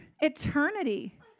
eternity